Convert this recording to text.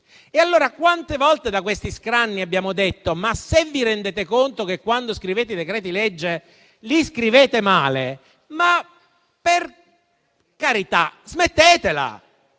Quante volte da questi scranni abbiamo detto: se vi rendete conto, quando scrivete i decreti-legge, che li scrivete male, per carità smettetela